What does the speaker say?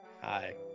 Hi